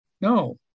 No